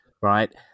right